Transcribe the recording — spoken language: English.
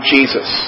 Jesus